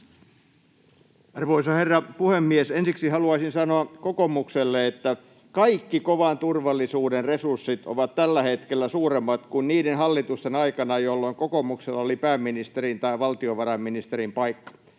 Arvoisa herra puhemies! Ensiksi haluaisin sanoa kokoomukselle, että kaikki kovan turvallisuuden resurssit ovat tällä hetkellä suuremmat kuin niiden hallitusten aikana, jolloin kokoomuksella oli pääministerin tai valtiovarainministerin paikka.